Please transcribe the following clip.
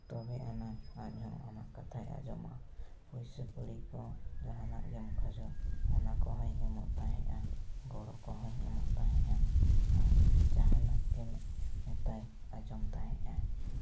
ᱛᱚᱵᱮ ᱟᱱᱟ ᱟᱡᱦᱚᱸ ᱟᱢᱟᱜ ᱠᱟᱛᱷᱟᱭ ᱟᱸᱡᱚᱢᱟ ᱯᱩᱭᱥᱟᱹ ᱠᱩᱲᱤ ᱠᱚ ᱡᱟᱦᱟᱱᱟᱜ ᱜᱮᱢ ᱠᱷᱚᱡᱚᱜ ᱚᱱᱟ ᱠᱚᱦᱚᱸᱭ ᱮᱢᱚᱜ ᱛᱟᱦᱮᱱᱟᱭ ᱜᱚᱲᱚ ᱠᱚᱦᱚᱸᱭ ᱮᱢᱚᱜ ᱛᱟᱦᱮᱸᱫᱼᱟ ᱡᱟᱦᱟᱱᱟᱜ ᱜᱮᱢ ᱢᱮᱛᱟᱭ ᱟᱸᱡᱚᱢ ᱛᱟᱦᱮᱸᱫᱼᱮ